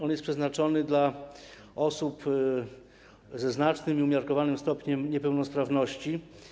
On jest przeznaczony dla osób ze znacznym i umiarkowanym stopniem niepełnosprawności.